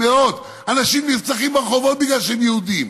אנשים נרצחים ברחובות בגלל שהם יהודים.